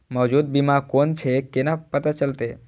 मौजूद बीमा कोन छे केना पता चलते?